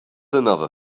another